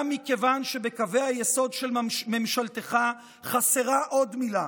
גם מכיוון שבקווי היסוד של ממשלתך חסרה עוד מילה.